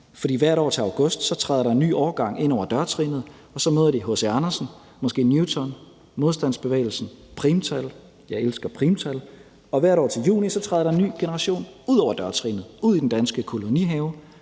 for hvert år til august træder der en ny årgang ind over dørtrinnet, og så møder de H.C. Andersen, måske Newton, modstandsbevægelsen, primtal – jeg elsker primtal – og hvert år til juni træder der en ny generation ud over dørtrinnet og ud i den danske kolonihave,